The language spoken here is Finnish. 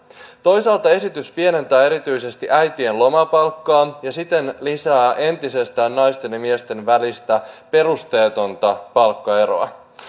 toisaalta esitys pienentää erityisesti äitien lomapalkkaa ja siten lisää entisestään naisten ja miesten välistä perusteetonta palkkaeroa